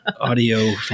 audio